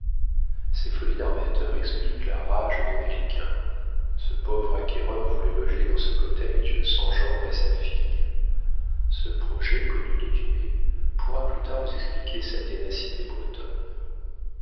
ces folies d'armateur expliquent la rage de vilquin ce pauvre acquéreur voulait loger dans ce cottage son gendre et sa fille ce projet connu de dumay pourra plus tard vous expliquer sa ténacité bretonne